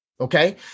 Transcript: Okay